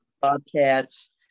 Bobcats